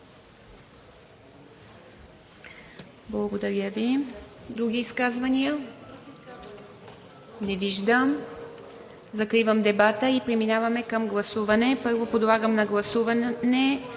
Благодаря Ви. Други изказвания? Не виждам. Закривам дебата и преминаваме към гласуване. Първо подлагам на гласуване